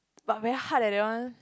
but very hard eh that one